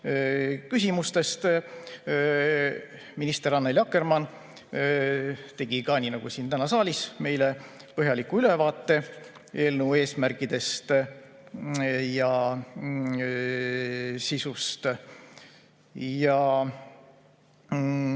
küsimustest. Minister Annely Akkermann tegi ka nii nagu täna siin saalis meile põhjaliku ülevaate eelnõu eesmärkidest ja sisust.